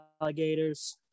alligators